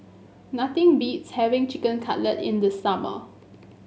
nothing beats having Chicken Cutlet in the summer